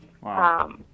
Wow